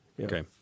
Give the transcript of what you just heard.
Okay